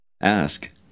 Ask